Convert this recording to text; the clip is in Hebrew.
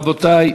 רבותי,